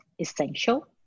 essential